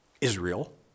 Israel